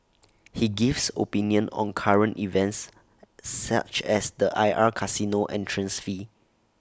he gives opinions on current events such as the I R casino entrance fee